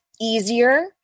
easier